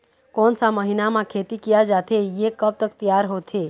कोन सा महीना मा खेती किया जाथे ये कब तक तियार होथे?